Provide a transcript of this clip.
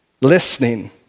listening